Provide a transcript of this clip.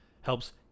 helps